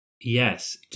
Yes